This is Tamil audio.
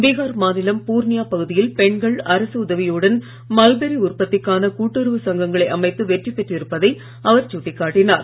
பீகார் மாநிலம் பூர்ணியா பகுதியில் பெண்கள் அரசு உதவியுடன் மல்பெரி உற்பத்திக்கான கூட்டுறவு சங்கங்களை அமைத்து வெற்றி பெற்று இருப்பதை அவர் சுட்டிக் காட்டினார்